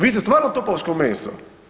Vi ste stvarno topovsko meso.